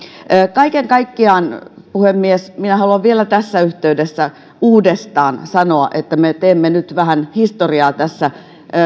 kaiken kaikkiaan puhemies haluan vielä tässä yhteydessä uudestaan sanoa että me teemme nyt vähän historiaa tässä